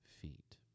feet